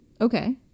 Okay